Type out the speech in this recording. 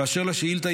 אשר לשאילתה,